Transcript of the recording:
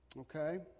Okay